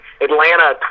Atlanta